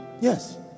Yes